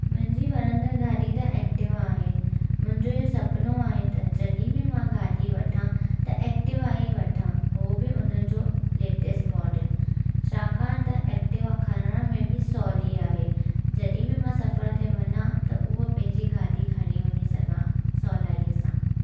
मुंहिंजी वणंदद़ु गाॾी त एक्टिवा आहे मुंहिंजो इहो सुपिनो आहे त जॾहिं बि मां गाॾी वठां त एक्टिवा ई वठां उहो बि उन जो लेटेस्ट मॉडल छाकाणि त एक्टिवा खणण में बि सहुली आहे जॾहिं बि मां सफ़र ते वञा त उहो पंहिंजी गाॾी खणी वञी सघां सहुलाई सां